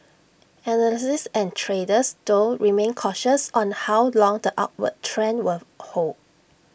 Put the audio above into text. analysts and traders though remain cautious on how long the upward trend will hold